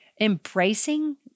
Embracing